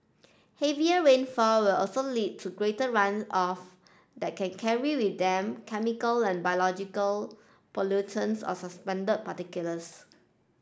heavier rainfall will also lead to greater run off that can carry with them chemical and biological pollutants or suspended particles